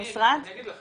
אני אגיד לך.